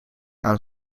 aan